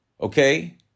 Okay